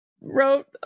wrote